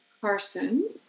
Carson